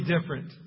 different